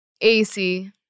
AC